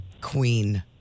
queen